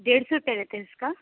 डेढ़ सौ लेते हैं इसका